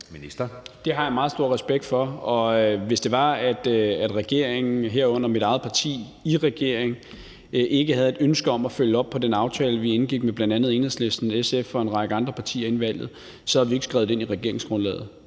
Det har jeg meget stor respekt for. Hvis det var, at regeringen, herunder mit eget parti i regeringen, ikke havde et ønske om at følge op på den aftale, vi indgik med bl.a. Enhedslisten, SF og en række andre partier inden valget, så havde vi ikke skrevet det ind i regeringsgrundlaget.